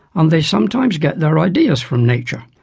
and they sometimes get their ideas from nature.